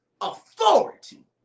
authority